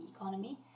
economy